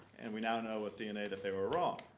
and we now know with dna that they were wrong.